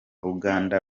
uganda